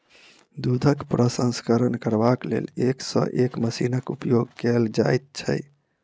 दूधक प्रसंस्करण करबाक लेल एक सॅ एक मशीनक उपयोग कयल जाइत छै